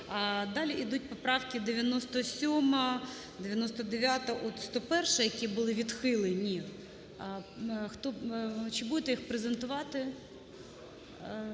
Далі ідуть поправки 97, 99, от 101, які були відхилені. Чи будете їх презентувати?